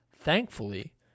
Thankfully